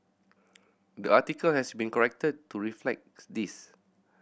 the article has been corrected to reflect this